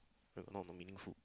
where got more meaningful